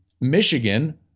Michigan